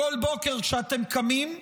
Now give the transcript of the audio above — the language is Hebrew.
כל בוקר כשאתם קמים,